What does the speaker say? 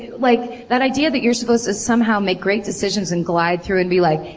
like, that idea that you're supposed to somehow make great decisions and glide through and be like,